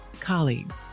colleagues